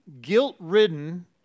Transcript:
guilt-ridden